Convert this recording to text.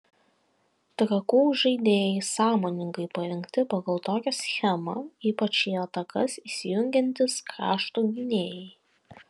trakų žaidėjai sąmoningai parinkti pagal tokią schemą ypač į atakas įsijungiantys krašto gynėjai